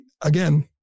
Again